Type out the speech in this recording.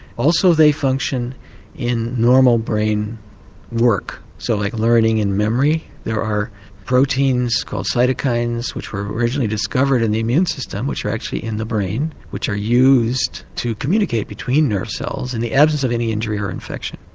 also they function in normal brain work so like learning and memory. there are proteins called cytokines, which were originally discovered in the immune system, which are actually in the brain, which are used to communicate between nerve cells in the absence of any injury or infection.